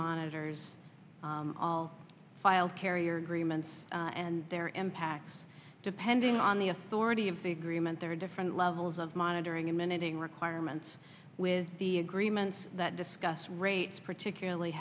monitors all filed carrier agreements and their impact depending on the authority of the agreement there are different levels of monitoring emitting requirements with the agreements that discuss rates particularly